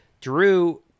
Drew